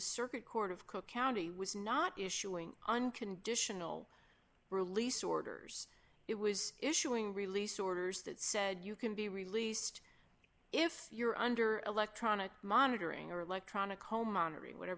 circuit court of cook county was not issuing unconditional release orders it was issuing release orders that said you can be released if you're under electronic monitoring or electronic